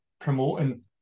promoting